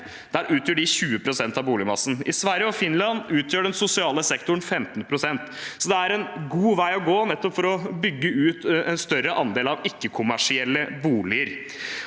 20 pst. av boligmassen. I Sverige og Finland utgjør den sosiale sektoren 15 pst. Det er altså en god vei å gå nettopp for å bygge ut en større andel av ikke-kommersielle boliger.